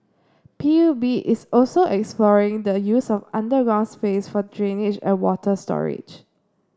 P U B is also exploring the use of underground space for drainage and water storage